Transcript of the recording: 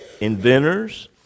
inventors